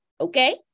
okay